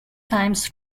times